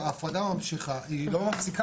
כי זה לא המקצוע